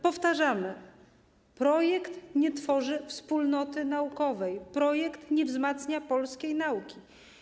Powtarzamy, że projekt nie tworzy wspólnoty naukowej, projekt nie wzmacnia polskiej nauki.